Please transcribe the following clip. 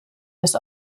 des